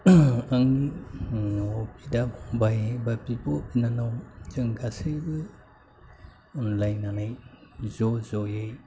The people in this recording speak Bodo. आंनि न'आव बिदा फंबाय एबा बिब' बिनानाव जों गासैबो अनज्लायनानै ज' ज'यै